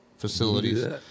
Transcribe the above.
facilities